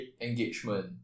engagement